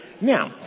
now